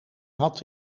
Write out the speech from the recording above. had